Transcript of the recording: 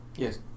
Yes